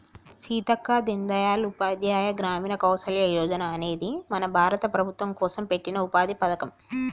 సీతక్క దీన్ దయాల్ ఉపాధ్యాయ గ్రామీణ కౌసల్య యోజన అనేది మన భారత ప్రభుత్వం కోసం పెట్టిన ఉపాధి పథకం